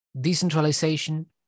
decentralization